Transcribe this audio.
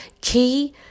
key